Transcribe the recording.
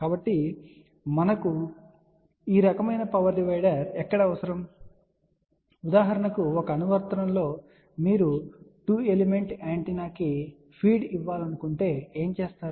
కాబట్టి మనకు ఈ రకమైన పవర్ డివైడర్ ఎక్కడ అవసరం ఉదాహరణకు ఒక అనువర్తనం లో మీరు 2 ఎలిమెంట్ యాంటెన్నాకి ఫీడ్ ఇవ్వాలనుకుంటే మీరు ఏమి చేస్తారు